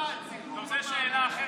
למה הציבור לא מאמין, טוב, זו שאלה אחרת.